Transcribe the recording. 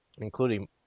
including